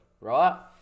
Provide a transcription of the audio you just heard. right